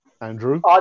Andrew